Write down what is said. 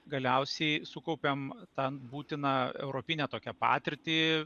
galiausiai sukaupėm tą būtiną europinę tokią patirtį